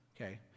okay